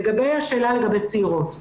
לגבי השאלה בנושא צעירות.